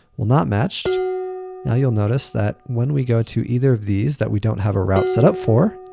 will not matched. now, you will notice that when we go to either of these that we don't have a route set up for,